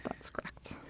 that's correct.